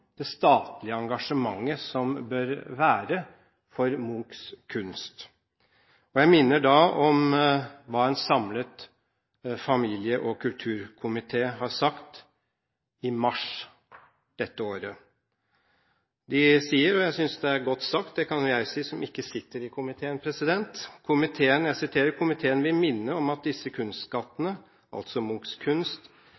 det statlige engasjementet som bør være for Munchs kunst. Jeg minner om hva en samlet familie- og kulturkomité sa i mars dette året. De sier, og jeg synes det er godt sagt – det kan jo jeg si som ikke sitter i komiteen: «Komiteen vil minne om at disse